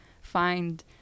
find